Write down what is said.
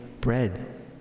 bread